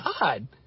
God